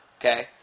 Okay